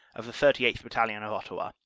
of the thirty eighth. battalion of ottawa.